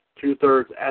two-thirds